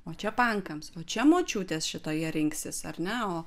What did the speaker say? o čia pankams o čia močiutės šitoje rinksis ar ne o